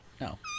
no